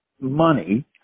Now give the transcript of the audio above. money